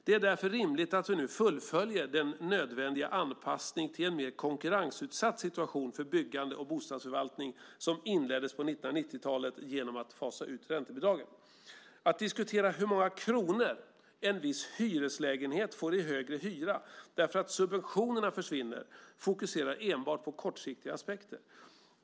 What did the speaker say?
Det är därför rimligt att vi nu fullföljer den nödvändiga anpassning till en mer konkurrensutsatt situation för byggande och bostadsförvaltning som inleddes på 1990-talet, genom att fasa ut räntebidragen. Att diskutera hur många kronor en viss hyreslägenhet får i högre hyra därför att subventionerna försvinner fokuserar enbart på kortsiktiga aspekter.